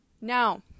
now